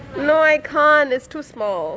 no I can't it's too small